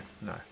No